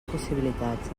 possibilitats